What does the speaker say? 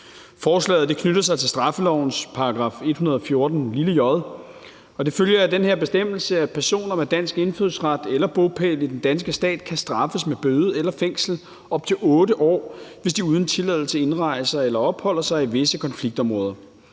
Forslaget knytter sig til straffelovens § 114 j, og det følger af den her bestemmelse, at personer med dansk indfødsret eller bopæl i den danske stat kan straffes med bøde eller fængsel op til 8 år, hvis de uden tilladelse indrejser eller opholder sig i visse konfliktområder.